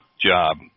job